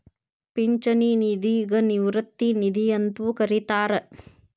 ಪಿಂಚಣಿ ನಿಧಿಗ ನಿವೃತ್ತಿ ನಿಧಿ ಅಂತೂ ಕರಿತಾರ